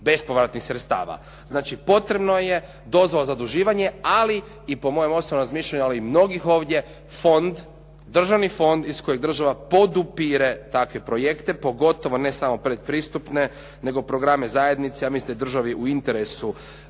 bespovratnih sredstava. Znači potrebno je dozvola za zaduživanje, ali i po mojem osobnom razmišljanju, ali i mnogih ovdje fond, Državni fond iz kojeg država podupire takve projekte, pogotovo ne samo predpristupne, nego programe zajednice. Ja mislim da je državi u interesu